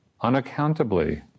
Unaccountably